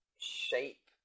shape